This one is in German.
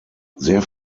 sehr